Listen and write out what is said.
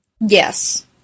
Yes